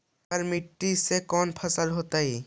केवल मिट्टी में कौन से फसल होतै?